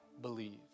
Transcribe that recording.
believe